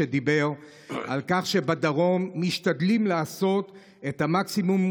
שדיבר על כך שבדרום משתדלים לעשות את המקסימום.